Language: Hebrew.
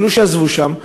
אפילו אם עזבו שם?